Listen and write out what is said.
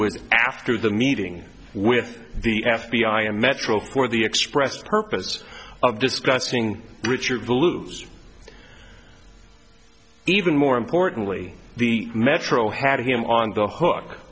was after the meeting with the f b i and metro for the expressed purpose of discussing richard lose even more importantly the metro had him on the hook